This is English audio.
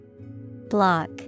Block